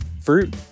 fruit